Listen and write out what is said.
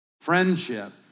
friendship